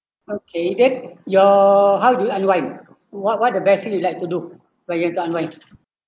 okay then your how do you unwind what what the best thing you like to do when you want to unwind